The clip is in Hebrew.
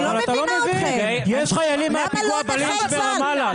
יש חיילים מהפיגוע בלינץ' רמאללה.